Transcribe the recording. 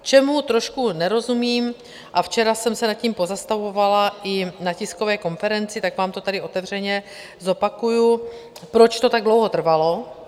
Čemu trošku nerozumím a včera jsem se nad tím pozastavovala i na tiskové konferenci, tak vám to tady otevřeně zopakuju, proč to tak dlouho trvalo?